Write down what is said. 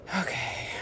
Okay